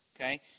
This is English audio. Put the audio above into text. Okay